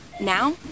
Now